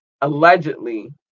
allegedly